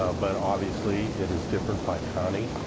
ah but obviously, it is different by county.